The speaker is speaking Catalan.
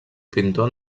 pintor